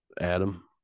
adam